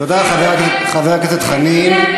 תודה, חבר הכנסת חנין.